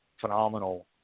phenomenal